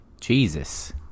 Jesus